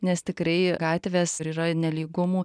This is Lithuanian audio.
nes tikrai gatvės ir yra nelygumų